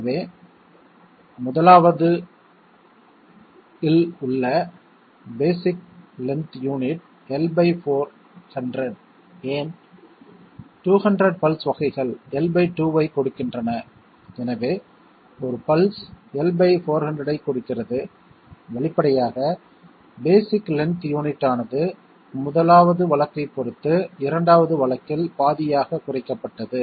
எனவே 1ல் உள்ள பேஸிக் லென்த் யூனிட் L 400 ஏன் 200 பல்ஸ் வகைகள் L 2 ஐக் கொடுக்கின்றன எனவே ஒரு பல்ஸ் L 400 ஐக் கொடுக்கிறது வெளிப்படையாக பேஸிக் லென்த் யூனிட் ஆனது 1 வது வழக்கைப் பொறுத்து 2 வது வழக்கில் பாதியாக குறைக்கப்பட்டது